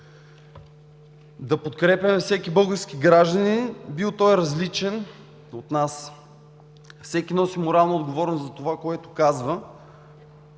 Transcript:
да подкрепяме всеки български гражданин, бил той различен от нас. Всеки носи морална отговорност за това, което казва